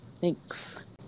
Thanks